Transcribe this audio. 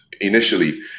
initially